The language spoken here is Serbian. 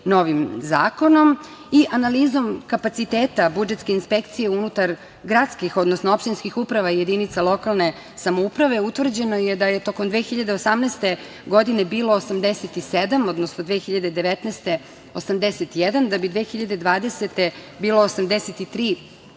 novim zakonom. I analizom kapaciteta budžetske inspekcije unutar gradskih, odnosno opštinskih uprava i jedinica lokalne samouprave, utvrđeno je da je tokom 2018. godine bilo 87, odnosno 2019. godine 81, da bi 2020. godine